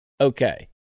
okay